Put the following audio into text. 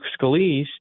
Scalise